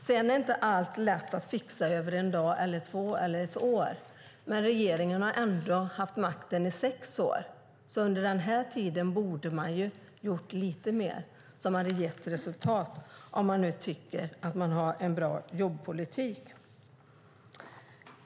Det är förvisso inte lätt att fixa allt över en dag eller två eller ens ett år. Men regeringen har haft makten i sex år. Under den här tiden borde man ha gjort lite mer som gett resultat, om man nu tycker att man har en bra jobbpolitik.